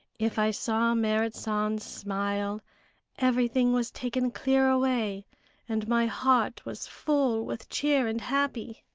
if i saw merrit san's smile everything was taken clear away and my heart was full with cheer and happy.